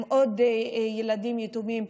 עם עוד ילדים יתומים,